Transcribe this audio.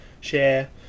share